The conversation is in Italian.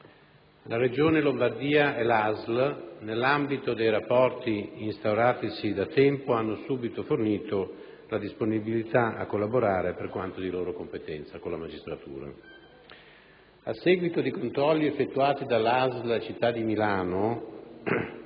La Regione Lombardia e la ASL, nell'ambito dei rapporti instauratisi da tempo, hanno subito fornito la disponibilità a collaborare per quanto di loro competenza con la magistratura. A seguito di controlli effettuati dalla ASL città di Milano,